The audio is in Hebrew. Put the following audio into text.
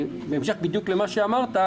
בהמשך בדיוק למה שאמרת,